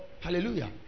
Hallelujah